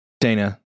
Dana